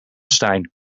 stijn